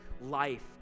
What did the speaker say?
life